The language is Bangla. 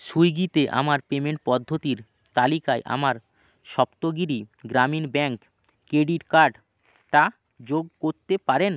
সুইগিতে আমার পেমেন্ট পদ্ধতির তালিকায় আমার সপ্তগিরি গ্রামীণ ব্যাঙ্ক ক্রেডিট কার্ডটা যোগ করতে পারেন